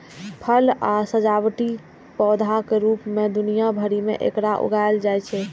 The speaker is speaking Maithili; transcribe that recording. फल आ सजावटी पौधाक रूप मे दुनिया भरि मे एकरा उगायल जाइ छै